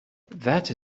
that